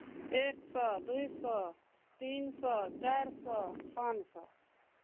एक सए दूइ सए तीन सए चारि सौए पाॅंच सए